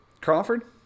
Crawford